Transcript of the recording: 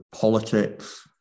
politics